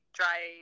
dry